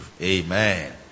Amen